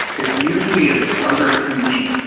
it usually is under two weeks,